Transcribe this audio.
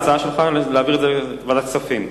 ההצעה שלך היא להעביר את זה לוועדת הכספים.